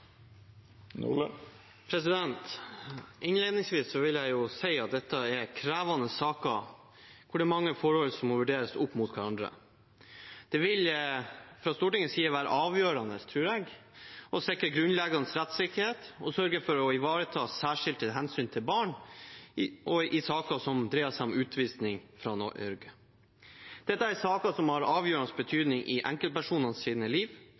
SV. Innledningsvis vil jeg si at dette er krevende saker, hvor det er mange forhold som må vurderes opp mot hverandre. Det vil fra Stortingets side være avgjørende, tror jeg, å sikre grunnleggende rettssikkerhet og sørge for å ivareta særskilte hensyn til barn i saker som dreier seg om utvisning fra Norge. Dette er saker som har avgjørende betydning i enkeltpersoners liv.